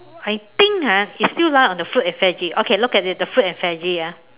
I think ha it still lie on the food and veggie okay look at it the food and veggie ah